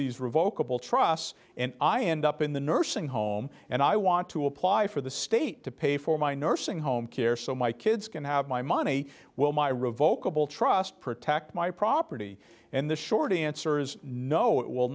these revokable trusts and i end up in the nursing home and i want to apply for the state to pay for my nursing home care so my kids can have my money will my revokable trust protect my property and the short answer is no